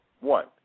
one